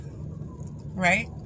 Right